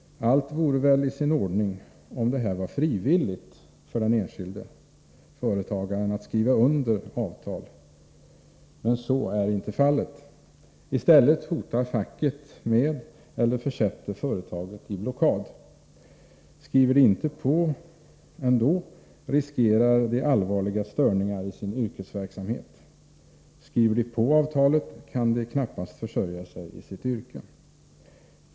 Allt vore väl i sin ordning, om det vore frivilligt för den enskilde företagaren att skriva under avtal, men så är inte fallet. I stället hotar facket med eller försätter företaget i blockad. Skriver företagarna inte på ändå, riskerar de allvarliga störningar i sin yrkesverksamhet. Skriver de på avtalet, kan de knappast försörja sig i sitt yrke.